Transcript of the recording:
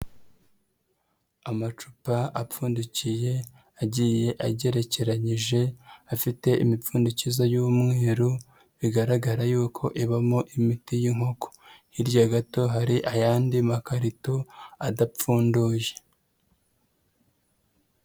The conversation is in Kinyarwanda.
Amacupa apfundikiye, agiye agerekeranyije, afite imipfundikizo y'umweru, bigaragara yuko ibamo imiti y'inkoko. Hirya gato hari ayandi makarito adapfunduye.